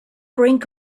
brink